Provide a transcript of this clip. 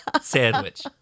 sandwich